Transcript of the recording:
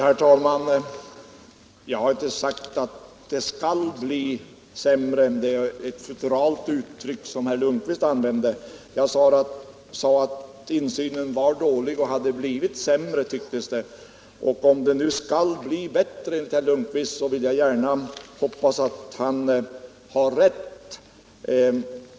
Herr talman! Jag har inte sagt att det skall bli sämre — det är ett futuralt uttryck som herr Lundkvist använde. Jag sade att insynen var dålig och hade blivit sämre, tycktes det. Om det nu skall bli bättre enligt herr Lundkvist, så vill jag gärna hoppas att han har rätt.